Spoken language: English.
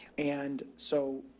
and so,